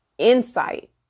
insight